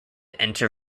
enter